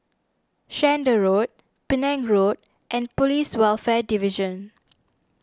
Chander Road Penang Road and Police Welfare Division